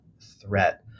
threat